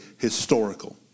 historical